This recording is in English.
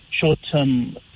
short-term